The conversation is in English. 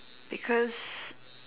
because